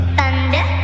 Thunder